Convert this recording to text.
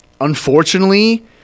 unfortunately